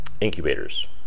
incubators